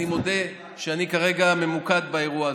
אני מודה שאני כרגע ממוקד באירוע הזה.